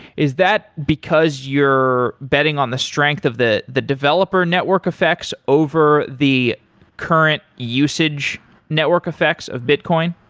is that because you're betting on the strength of the the developer network effects over the current usage network effects of bitcoin?